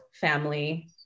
family